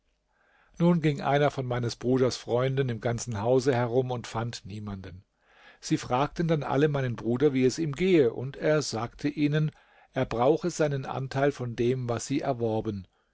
nun ging einer von meines bruders freunden im ganzen hause herum und fand niemanden sie fragten dann alle meinen bruder wie es ihm gehe und er sagte ihnen er brauche seinen anteil von dem was sie erworben